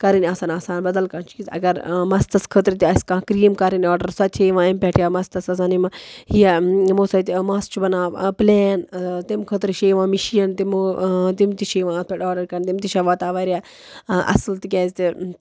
کَرٕنۍ آسَن آسان بَدل کانٛہہ چیٖز اَگر مَستَس خٲطرٕ تہِ آسہِ کانٛہہ کریٖم کَرٕنۍ آرڈَر سۄ تہِ چھِ یِوان اَمہِ پٮ۪ٹھ یا مَستَس آسان یِم یہِ یِمو سۭتۍ مَس چھُ بَناوان پٕلین تمہِ خٲطرٕ چھِ یِوان مِشیٖن تِمو تِم تہِ چھِ یِوان اَتھ پٮ۪ٹھ آرڈَر کَرنہٕ تِم تہِ چھِ واتان واریاہ اَصٕل تِکیازِ تہِ